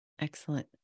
Excellent